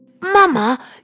Mama